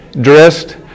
dressed